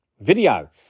video